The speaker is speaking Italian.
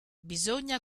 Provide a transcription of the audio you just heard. bisogna